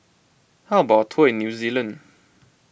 how about a tour in New Zealand